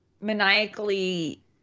maniacally